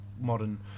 modern